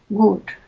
good